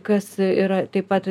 kas yra taip pat